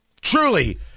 Truly